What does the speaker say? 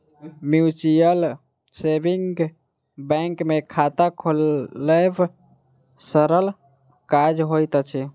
mutual saving bank मे खाता खोलायब सरल काज होइत अछि